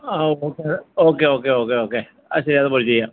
ആ okay okay okay okay okay ആ ശരി അതുപോലെ ചെയ്യാം